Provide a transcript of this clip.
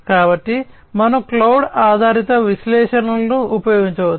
కాబట్టి మనము క్లౌడ్ ఆధారిత విశ్లేషణలను ఉపయోగించవచ్చు